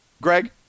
Greg